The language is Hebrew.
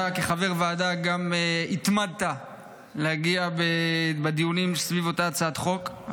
אתה כחבר ועדה התמדת בלהגיע לדיונים על הצעת החוק,